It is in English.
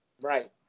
Right